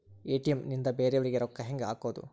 ATM ನಿಂದ ಬೇರೆಯವರಿಗೆ ರೊಕ್ಕ ಹೆಂಗ್ ಹಾಕೋದು?